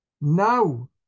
Now